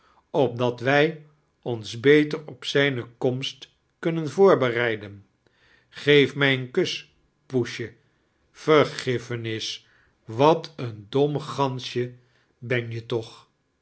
opdat wij ons beter op zijne komst kunnen voorbereiden geef mij een kus poesjevergiffenis wat een dom gansje ben je toch